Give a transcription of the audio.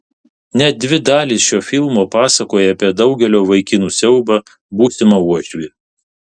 net dvi dalys šio filmo pasakoja apie daugelio vaikinų siaubą būsimą uošvį